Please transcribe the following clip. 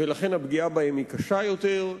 ולכן הפגיעה בהם היא קשה יותר.